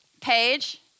page